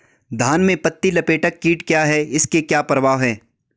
धान में पत्ती लपेटक कीट क्या है इसके क्या प्रभाव हैं?